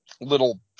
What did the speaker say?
little